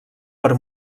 per